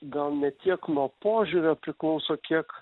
gal ne tiek nuo požiūrio priklauso kiek